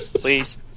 Please